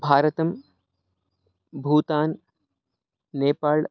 भारतं भूतान् नेपाळ्